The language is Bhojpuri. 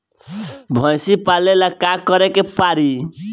भइसी पालेला का करे के पारी?